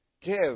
give